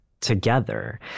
together